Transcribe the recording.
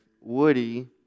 Woody